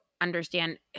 understand